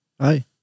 Hi